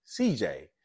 CJ